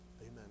amen